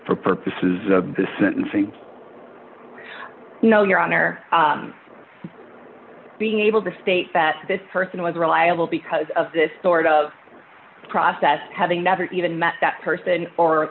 for purposes of sentencing you know your honor being able to state that this person was reliable because of this sort of process having never even met that person or